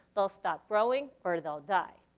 they'll stop growing or they'll die.